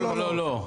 לא, לא, לא.